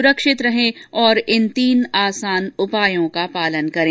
सुरक्षित रहें और इन तीन आसान उपायों का पालन करें